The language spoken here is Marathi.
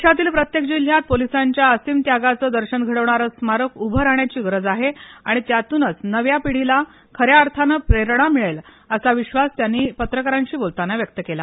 देशातील प्रत्येक जिल्ह्यात पोलिसांच्या असीम त्यागाचं दर्शन घडवणारं स्मारक उभं राहण्याची गरज आहे आणि त्यातूनच नव्या पिढीला खन्या अर्थानं प्रेरणा मिळेल असा विश्वास त्यांनी पत्रकारांशी बोलताना व्यक्त केला